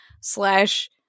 slash